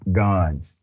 guns